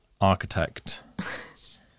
Architect